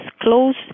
close